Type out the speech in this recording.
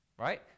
Right